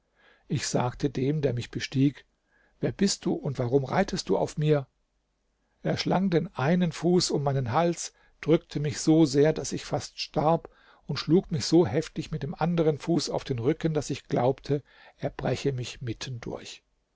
ich sagte dem der mich bestieg wer bist du und warum reitest du auf mir er schlang den einen fuß um meinen hals drückte mich so sehr daß ich fast starb und schlug mich so heftig mit dem anderen fuß auf den rücken daß ich glaubte er breche mich mitten durch